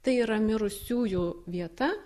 tai yra mirusiųjų vieta